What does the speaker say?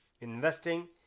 investing